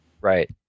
Right